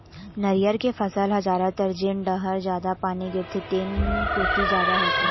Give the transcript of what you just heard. नरियर के फसल ह जादातर जेन डहर जादा पानी गिरथे तेन कोती जादा होथे